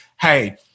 hey